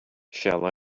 shall